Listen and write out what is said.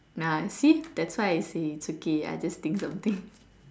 ah you see that's why I say it's okay I just think something